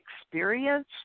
experience